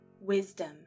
Wisdom